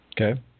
Okay